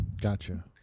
Gotcha